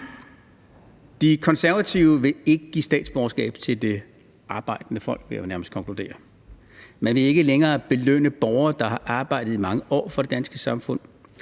De Konservative vil ikke give statsborgerskab til det arbejdende folk, vil jeg jo nærmest konkludere. Man vil ikke længere belønne borgere, der har arbejdet i mange år for det danske samfund.